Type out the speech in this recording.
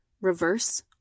reverse